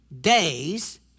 Days